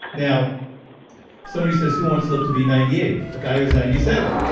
now somebody says who wants to live to be ninety eight? a guy who's ninety seven.